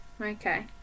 Okay